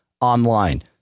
online